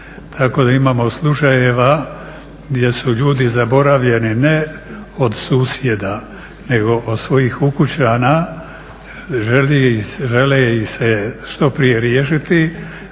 tako da imamo slučajeva gdje su ljudi zaboravljeni, ne od susjeda, nego od svojih ukućana, žele ih se što prije riješiti,